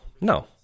No